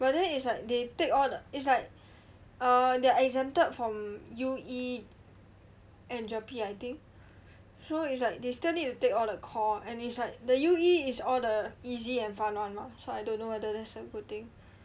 but then it's like they take all it's like uh they're exempted from U_E and GERPE I think so it's like they still need to take all the core and it's like the U_E is all the easy and fun one lor so I don't know whether that is a good thing